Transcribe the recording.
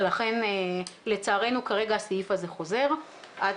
ולכן לצערנו כרגע הסעיף הזה חוזר עד